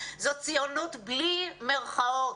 זו ציונות בלי מרכאות,